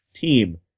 team